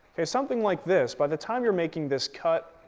okay, something like this, by the time you're making this cut,